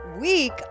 week